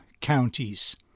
Counties